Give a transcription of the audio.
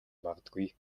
магадгүй